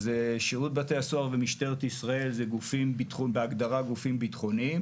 אז זה שירות בתי הסוהר ומשטרת ישראל הם בהגדרה גופים ביטחוניים